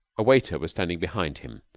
a waiter was standing behind him,